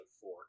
four